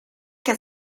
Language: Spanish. que